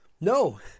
No